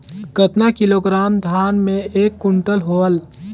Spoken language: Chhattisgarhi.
कतना किलोग्राम धान मे एक कुंटल होयल?